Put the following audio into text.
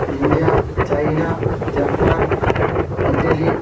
India China Japan Italy